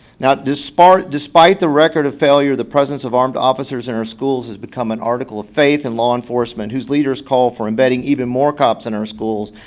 now, despite despite the record of failure, the presence of armed officers in our schools is become an article of faith in law enforcement whose leaders call for embedding even more cops in our schools.